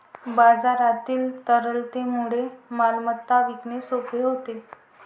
बाजारातील तरलतेमुळे मालमत्ता विकणे सोपे होते